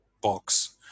box